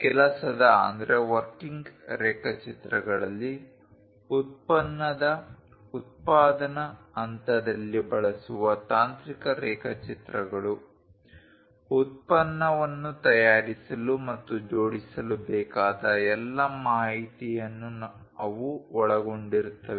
ಕೆಲಸದ ರೇಖಾಚಿತ್ರಗಳಲ್ಲಿ ಉತ್ಪನ್ನದ ಉತ್ಪಾದನಾ ಹಂತದಲ್ಲಿ ಬಳಸುವ ತಾಂತ್ರಿಕ ರೇಖಾಚಿತ್ರಗಳು ಉತ್ಪನ್ನವನ್ನು ತಯಾರಿಸಲು ಮತ್ತು ಜೋಡಿಸಲು ಬೇಕಾದ ಎಲ್ಲಾ ಮಾಹಿತಿಯನ್ನು ಅವು ಒಳಗೊಂಡಿರುತ್ತವೆ